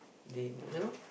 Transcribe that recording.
they you know